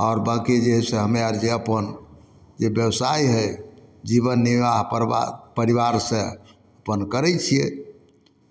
आओर बाँकि जे हइ से हमे आर जे अपन जे बेवसाइ हइ जीवन निर्वाह परिवार परिवार से अपन करै छिए